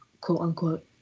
quote-unquote